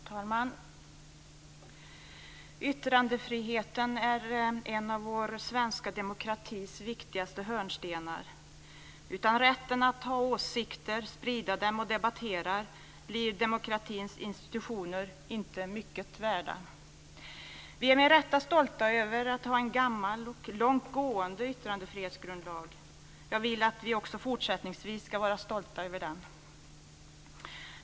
Herr talman! Yttrandefriheten är en av vår svenska demokratis viktigaste hörnstenar. Utan rätten att ha åsikter, sprida dem och debattera blir demokratins institutioner inte mycket värda. Vi är med rätta stolta över att ha en gammal och långtgående yttrandefrihetsgrundlag. Jag vill att vi också fortsättningsvis ska kunna vara stolta över den.